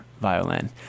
violin